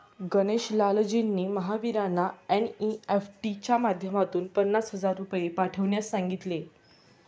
गणेश लालजींनी महावीरांना एन.ई.एफ.टी च्या माध्यमातून पन्नास हजार रुपये पाठवण्यास सांगितले